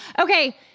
Okay